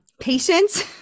patience